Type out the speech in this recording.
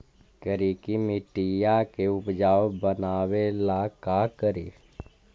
करिकी मिट्टियां के उपजाऊ बनावे ला का करी?